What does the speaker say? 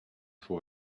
for